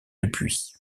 depuis